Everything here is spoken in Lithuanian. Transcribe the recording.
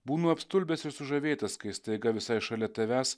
būnu apstulbęs ir sužavėtas kai staiga visai šalia tavęs